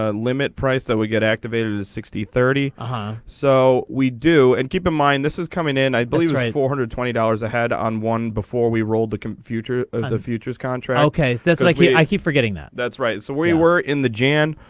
ah limit price that we get activated the sixty thirty ha so we do and keep in mind this is coming in i believe right. four hundred twenty dollars a head on one before we rolled the computer. the futures contract okay if that's likely i keep forgetting that that's right so we were in the jan.